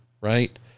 right